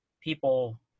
people